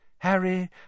Harry